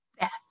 Beth